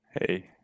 Hey